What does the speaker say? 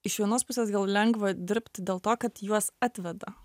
iš vienos pusės gal lengva dirbti dėl to kad juos atveda